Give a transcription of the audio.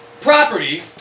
Property